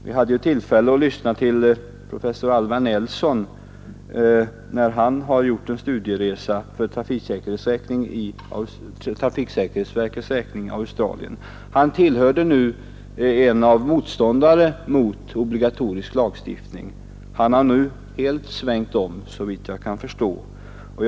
Vi hade ju tillfälle att lyssna till professor Alvar Nelson sedan han gjort en studieresa till Australien för trafiksäkerhetsverkets räkning. Han var tidigare en av motståndarna till lagstiftning om obligatorisk användning av bilbälten. Såvitt jag kan förstå har han nu helt svängt om.